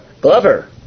Glover